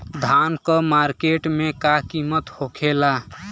धान क मार्केट में का कीमत होखेला?